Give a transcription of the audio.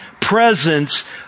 presence